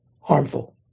harmful